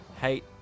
hate